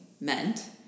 meant